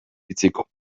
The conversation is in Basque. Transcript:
itxiko